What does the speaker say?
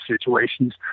situations